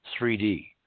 3d